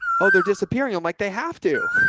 oh, they're disappearing. i'm like, they have to,